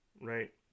right